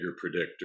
predictor